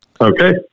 Okay